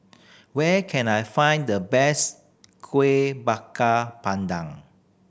where can I find the best Kuih Bakar Pandan